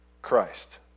Christ